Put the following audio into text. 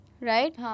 Right